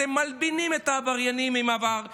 אתם מלבינים את העבריינים עם העבר,